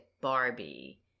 Barbie